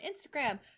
Instagram